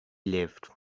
lived